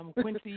Quincy